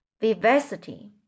Vivacity